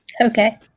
Okay